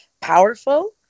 powerful